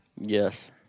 Yes